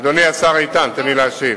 אדוני השר איתן, תן לי להשיב.